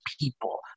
people